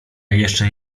jeszcze